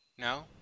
No